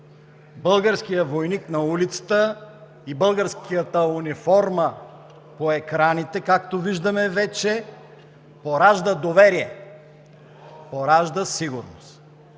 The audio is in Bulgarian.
Българският войник на улицата и българската униформа по екраните, както виждаме вече, поражда доверие, поражда сигурност.